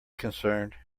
concerned